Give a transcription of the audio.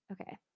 Okay